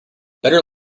better